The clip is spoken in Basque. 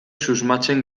susmatzen